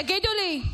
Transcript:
תגידו לי,